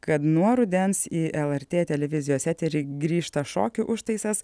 kad nuo rudens į lrt televizijos eterį grįžta šokių užtaisas